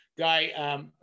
guy